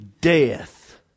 death